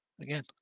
Again